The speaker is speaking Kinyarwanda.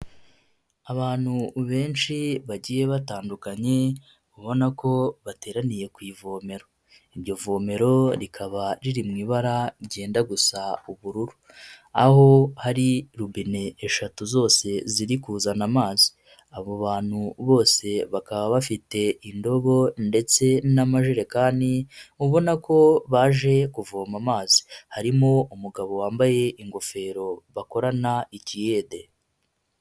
Abantu benshi bagiye batandukanye, ubona ko bateraniye ku ivomero. Iryo vomero rikaba riri mu ibara ryenda gusa ubururu. Aho hari robine eshatu zose ziri kuzana amazi. Abo bantu bose bakaba bafite indobo ndetse n'amajerekani, ubona ko baje kuvoma amazi. Harimo umugabo wambaye ingofero bakorana ikiyede.